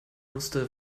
wusste